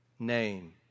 name